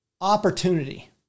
opportunity